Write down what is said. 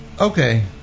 okay